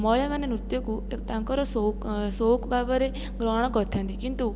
ମହିଳାମାନେ ନୃତ୍ୟକୁ ଏକ ତାଙ୍କର ସୌକ୍ ସୌକ୍ ଭାବରେ ଗ୍ରହଣ କରିଥାନ୍ତି କିନ୍ତୁ